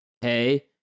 hey